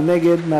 מי נגד?